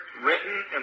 written